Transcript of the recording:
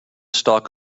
stalk